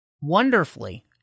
wonderfully